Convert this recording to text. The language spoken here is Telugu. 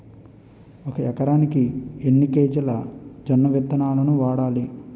ఒక ఎకరానికి ఎన్ని కేజీలు జొన్నవిత్తనాలు వాడాలి?